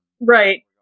Right